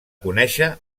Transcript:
conèixer